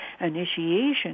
initiation